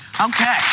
Okay